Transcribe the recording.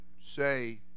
say